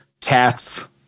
Cats